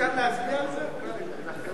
אפשר להצביע על זה, גאלב?